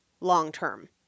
long-term